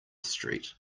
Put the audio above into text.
street